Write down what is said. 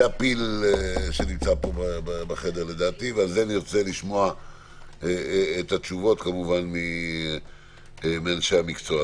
על זה נרצה לשמוע את התשובות מאנשי המקצוע.